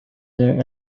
their